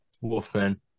wolfman